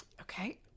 okay